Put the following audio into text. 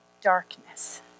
darkness